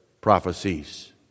prophecies